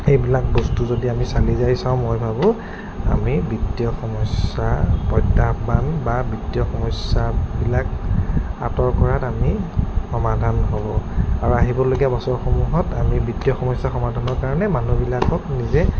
এইবিলাক বস্তু যদি আমি চালি জাৰি চাওঁ মই ভাবোঁ আমি বিত্তীয় সমস্যা প্ৰত্যাহ্বান বা বিত্তীয় সমস্যাবিলাক আঁতৰ কৰাত আমি সমাধান হ'ব আৰু আহিবলগীয়া বছৰসমূহত আমি বিত্তীয় সমস্যাৰ সমাধানৰ কাৰণে মানুহবিলাকক নিজে